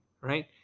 right